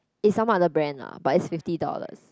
it's some other brand ah but it's fifty dollars